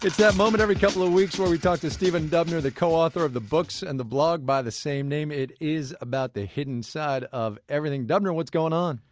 that moment every couple of weeks where we talk to stephen dubner, the co-author of the books and the blog by the same name it is about the hidden side of everything. dubner, what's going on?